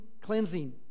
cleansing